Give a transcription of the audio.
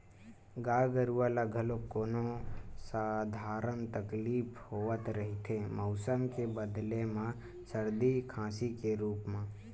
गाय गरूवा ल घलोक कोनो सधारन तकलीफ होवत रहिथे मउसम के बदले म सरदी, खांसी के रुप म